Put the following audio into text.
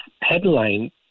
headline